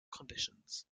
conditions